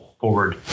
forward